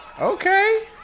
Okay